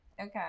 Okay